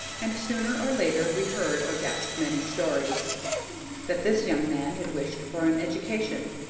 and sooner or later we heard or guessed many stories that this young man had wished for an education,